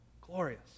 glorious